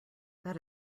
that